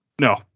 No